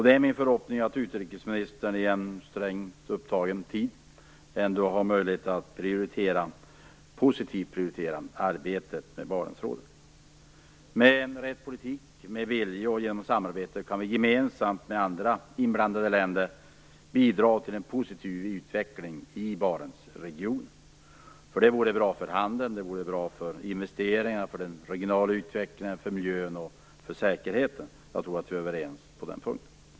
Det är min förhoppning att utrikesministern, trots att hon är strängt upptagen, ändå har möjlighet att positivt prioritera arbetet med Barentsrådet. Med en rätt politik, med vilja och genom samarbete kan vi gemensamt med andra inblandade länder bidra till en positiv utveckling i Barentsregionen. Det vore bra för handeln, investeringar, den regionala utvecklingen och för miljön och säkerheten. Jag tror att vi kan vara överens på den punkten.